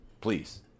Please